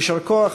יישר כוח,